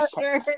sure